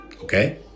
Okay